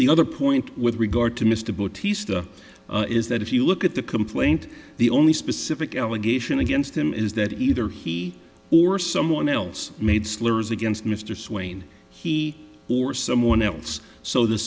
the other point with regard to mr boaties the is that if you look at the complaint the only specific allegation against him is that either he or someone else made slurs against mr swain he or someone else so the